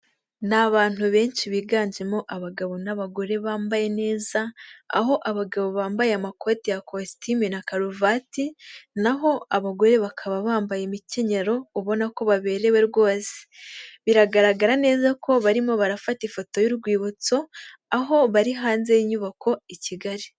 Ni abantu benshi biganjemo abagabo n'abagore bambaye neza, aho abagabo bambaye amakoti ya kositimu na karuvati, naho abagore bakaba bambaye imikenyero, ubona ko baberewe rwose. Biragaragara neza ko barimo barafata ifoto y'urwibutso aho bari hanze y'inyubako i Kigali.